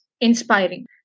Inspiring